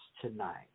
tonight